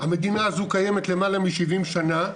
המדינה הזו קיימת למעלה מ-70 שנה,